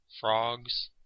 frogs